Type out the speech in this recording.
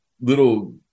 little